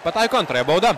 pataiko antrąją baudą